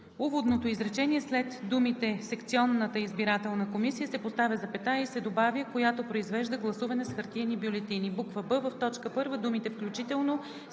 уводното изречение след думите „секционната избирателна комисия“ се поставя запетая и се добавя „която произвежда гласуване с хартиени бюлетини“. б) в т. 1 думите „включително